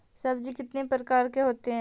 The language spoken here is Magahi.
सब्जी कितने प्रकार के होते है?